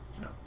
No